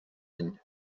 any